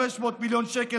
500 מיליון שקל,